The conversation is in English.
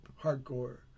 hardcore